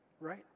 Right